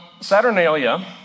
Saturnalia